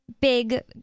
big